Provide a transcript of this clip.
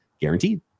guaranteed